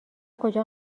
کجا